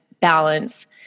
balance